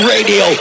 Radio